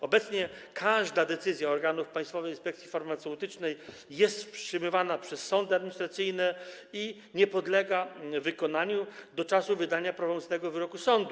Obecnie każda decyzja organów Państwowej Inspekcji Farmaceutycznej jest wstrzymywana przez sąd administracyjny i nie podlega wykonaniu do czasu wydania prawomocnego wyroku sądu.